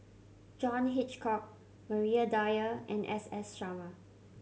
John Hitchcock Maria Dyer and S S Sarma